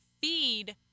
feed